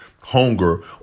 hunger